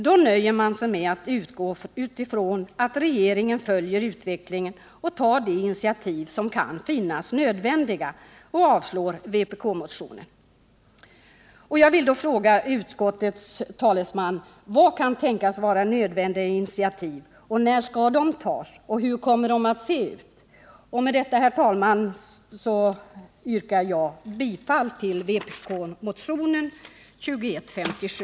Utskottet nöjer sig med att utgå ifrån att regeringen kommer att följa utvecklingen och ta de initiativ som kan befinnas nödvändiga, och därmed avstyrker utskottet vpk-motionen. Jag vill till utskottets företrädare ställa följande frågor: Vad kan tänkas vara nödvändiga initiativ, när skall de tas och hur kommer de att se ut? Med hänvisning till vad jag anfört yrkar jag bifall till vpk-motionen 2157.